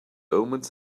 omens